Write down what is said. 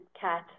CAT